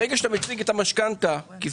ברגע שאתה מציג את המשכנתה, אתה